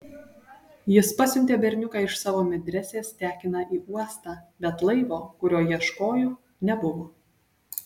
jis pasiuntė berniuką iš savo medresės tekiną į uostą bet laivo kurio ieškojo nebuvo